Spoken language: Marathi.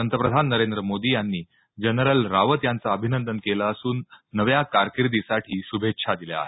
पंतप्रधान नरेंद्र मोदी यांनी जनरल रावत यांचं अभिनंदन केलं असून नव्या कारकिर्दीसाठी श्भेच्छा दिल्या आहेत